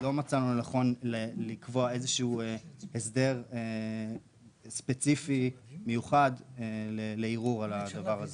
לא מצאנו לנכון לקבוע איזשהו הסדר ספציפי מיוחד לערעור על הדבר הזה.